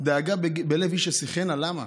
"דאגה בלב איש יַשְׁחֶנָּה" למה?